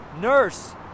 nurse